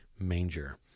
manger